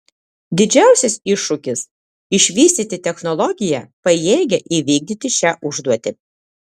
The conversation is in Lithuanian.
didžiausias iššūkis išvystyti technologiją pajėgią įvykdyti šią užduotį